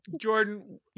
Jordan